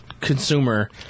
consumer